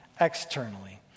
externally